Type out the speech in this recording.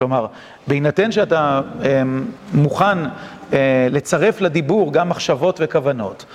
כלומר, בהינתן שאתה מוכן לצרף לדיבור גם מחשבות וכוונות.